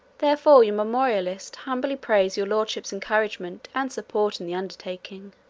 therefore your memorialist humbly prays your lordship's encouragement and support in the undertaking.